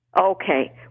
Okay